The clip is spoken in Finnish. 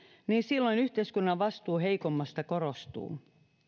niin silloin yhteiskunnan vastuu heikommasta korostuu